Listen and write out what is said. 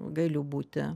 galiu būti